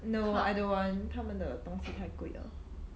no I don't want 他们的东西太贵了